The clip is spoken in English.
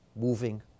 moving